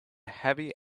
heavy